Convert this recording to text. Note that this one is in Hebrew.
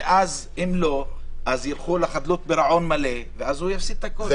אם לא יגיעו להסכמות ילכו לחדלות פירעון מלאה ואז הוא יפסיד את הכול.